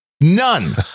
None